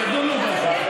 ידונו בזה.